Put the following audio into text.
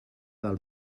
del